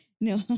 No